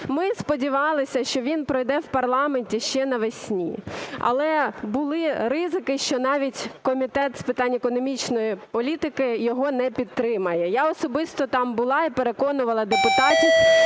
Ми сподівалися, що він пройде в парламенті ще навесні, але були ризики, що навіть Комітет з питань економічної політики його не підтримає. Я особисто там була і переконувала депутатів